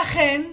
בדיוק, ולכן,